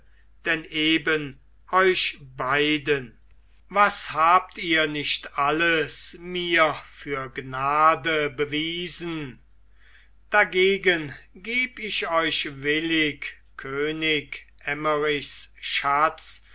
denn eben euch beiden was habt ihr nicht alles mir für gnade bewiesen dagegen geb ich euch willig könig emmerichs schatz